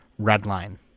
Redline